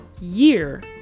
year